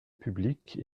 publique